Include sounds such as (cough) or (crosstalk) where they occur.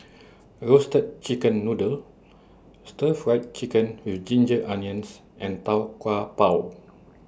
(noise) Roasted Chicken Noodle Stir Fried Chicken with Ginger Onions and Tau Kwa Pau